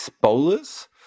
bowlers